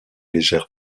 légère